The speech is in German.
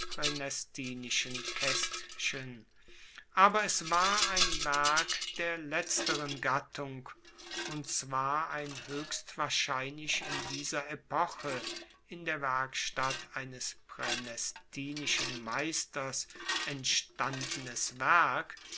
praenestinischen kaestchen aber es war ein werk der letzteren gattung und zwar ein hoechst wahrscheinlich in dieser epoche in der werkstatt eines praenestinischen meisters entstandenes werk